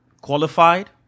qualified